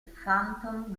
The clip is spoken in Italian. phantom